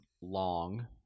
long